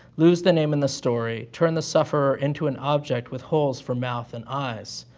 lose the name and the story, turn the sufferer into an object with holes for mouth and eyes.